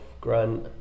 Grant